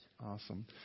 Awesome